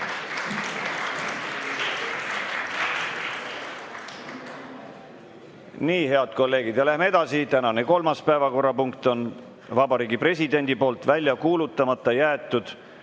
Head kolleegid, läheme edasi. Tänane kolmas päevakorrapunkt on Vabariigi Presidendi poolt välja kuulutamata jäetud